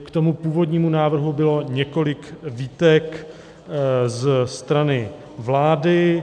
K tomu původnímu návrhu bylo několik výtek ze strany vlády.